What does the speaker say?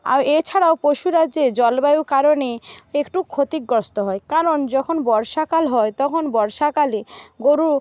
আর এছাড়াও পশুরা যে জলবায়ু কারণে একটু ক্ষতিগ্রস্ত হয় কারণ যখন বর্ষাকাল হয় তখন বর্ষাকালে গরু